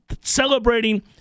celebrating